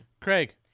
Craig